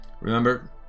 remember